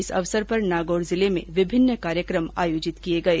इस अवसर पर नागौर जिले में विभिन्न कार्यक्रम आयोजित किये गये